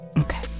Okay